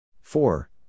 four